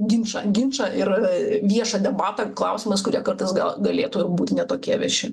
ginčą ginčą ir viešą debatą klausimas kurie kartais gal galėtų ir būti ne tokie vieši